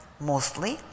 mostly